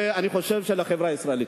ואני חושב שלחברה הישראלית.